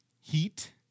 Heat